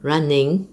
running